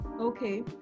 okay